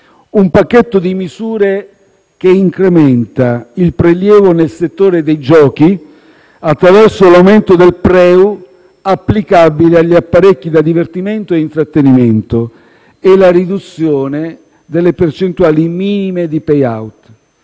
un pacchetto di misure che incrementa il prelievo nel settore dei giochi attraverso l'aumento del prelievo erariale unico (PREU) applicabile agli apparecchi da divertimento e intrattenimento e la riduzione delle percentuali minime di *pay-out*.